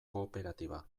kooperatiba